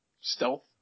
Stealth